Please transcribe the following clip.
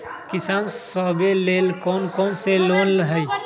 किसान सवे लेल कौन कौन से लोने हई?